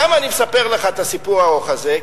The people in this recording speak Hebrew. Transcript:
למה אני מספר לך את הסיפור הארוך הזה?